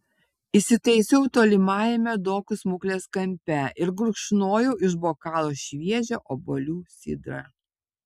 įsitaisiau tolimajame dokų smuklės kampe ir gurkšnojau iš bokalo šviežią obuolių sidrą